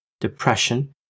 depression